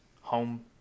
home